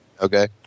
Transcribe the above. Okay